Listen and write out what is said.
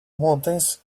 mountains